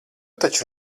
taču